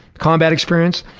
combat experience,